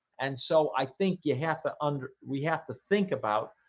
and so i think you have to under we have to think about